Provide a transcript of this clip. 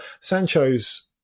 Sancho's